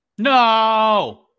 No